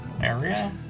area